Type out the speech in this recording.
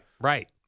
right